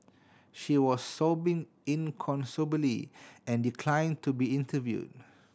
she was sobbing inconsolably and decline to be interviewed